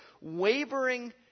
wavering